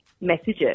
messages